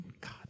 God